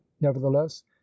nevertheless